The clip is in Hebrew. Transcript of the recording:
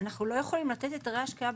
אנחנו לא יכולים לתת אתרי השקיה בקולחים,